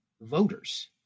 voters